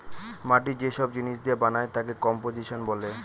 মাটি যে সব জিনিস দিয়ে বানায় তাকে কম্পোসিশন বলে